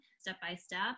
step-by-step